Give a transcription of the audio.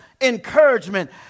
encouragement